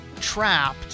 trapped